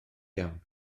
iawn